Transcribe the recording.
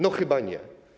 No chyba nie.